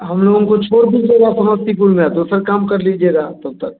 हम लोगों को छोड़ दीजिएगा समस्तीपुर में और दूसरा काम कर लीजिएगा तब तक